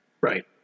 Right